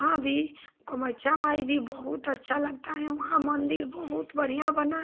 वहाँ भी कमच्छा माई भी बहुत अच्छा लगता है वहाँ मन्दिर बहुत बढ़ियाँ बना है